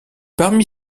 parmi